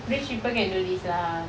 rich people can do this lah